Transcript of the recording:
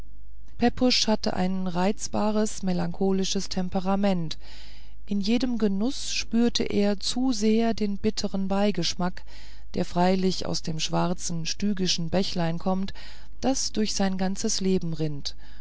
pepusch hatte ein reizbares melancholisches temperament in jedem genuß spürte er zu sehr den bittern beigeschmack der freilich aus dem schwarzen stygischen bächlein kommt das durch unser ganzes leben rinnt